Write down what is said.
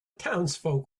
townsfolk